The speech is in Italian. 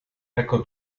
ecco